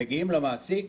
הם מגיעים למעסיק,